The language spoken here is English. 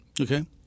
Okay